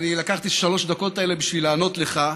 אני לקחתי את שלוש הדקות האלה בשביל לענות לך.